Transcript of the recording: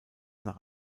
nach